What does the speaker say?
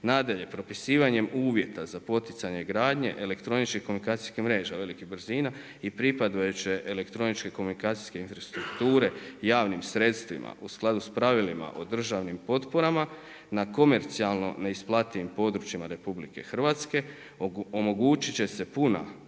Nadalje, propisivanjem uvjeta za poticanje gradnje elektroničkih komunikacijskih mreža velikih brzina i pripadajuće elektroničke komunikacijske infrastrukture javnim sredstvima u skladu sa pravilima o državnim potporama na komercijalno neisplativim područjima RH omogućiti će se puno,